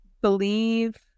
believe